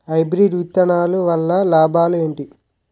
Hybrid విత్తనాలు వల్ల లాభాలు ఏంటి?